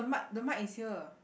the mic is here